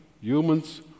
Humans